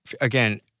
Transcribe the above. again